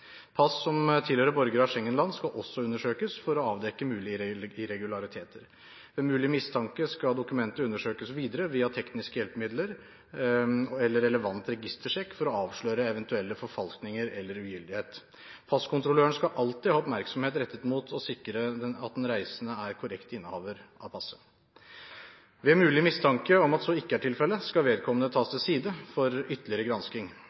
Pass som tilhører borgere av Schengen-land, skal også undersøkes for å avdekke mulige irregulariteter. Ved mulig mistanke skal dokumentet undersøkes videre via tekniske hjelpemidler eller relevant registersjekk for å avsløre eventuelle forfalskninger eller ugyldighet. Passkontrolløren skal alltid ha oppmerksomhet rettet mot å sikre at den reisende er korrekt innehaver av passet. Ved mulig mistanke om at så ikke er tilfellet, skal vedkommende tas til side for ytterligere gransking.